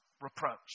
reproach